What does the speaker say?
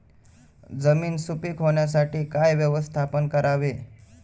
जमीन सुपीक होण्यासाठी काय व्यवस्थापन करावे?